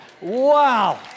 Wow